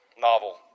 novel